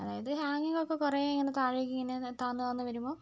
അതായത് ഹാങിങ്ങൊക്കെ കുറെ ഇങ്ങനെ താഴെക്കിങ്ങനെ താഴ്ന്നു താഴ്ന്നു വരുമ്പോൾ